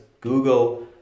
Google